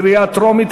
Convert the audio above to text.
קריאה טרומית.